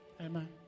Amen